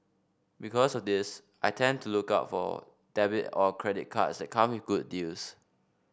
because of this I tend to look out for debit or credit cards that come with good deals